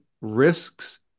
risks